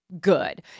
good